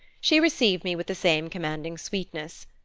she received me with the same commanding sweetness.